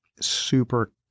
super